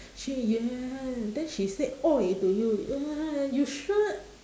she then she say !oi! to you uh you sure